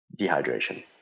dehydration